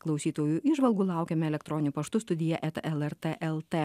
klausytojų įžvalgų laukiame elektroniniu paštu studija eta lrt lt